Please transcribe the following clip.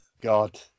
God